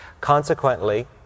Consequently